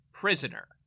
prisoner